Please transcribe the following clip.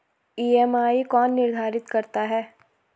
EMI कौन निर्धारित करता है?